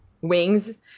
wings